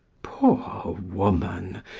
poor woman!